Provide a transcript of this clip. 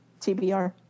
TBR